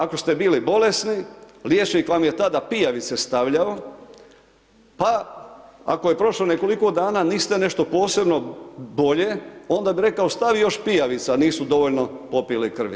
Ako ste bili bolesni, liječnik vam je tada pijavice stavljao, pa ako je prošlo nekoliko dana, niste nešto posebno bolje, onda bi rekao stavi još pijavica, nisu dovoljno popile krvi.